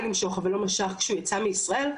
למשוך אבל לא משך כשהוא יצא מישראל.